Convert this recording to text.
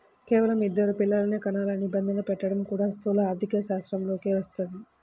కేవలం ఇద్దరు పిల్లలనే కనాలనే నిబంధన పెట్టడం కూడా స్థూల ఆర్థికశాస్త్రంలోకే వస్తది